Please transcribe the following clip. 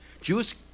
Jewish